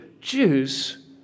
Jews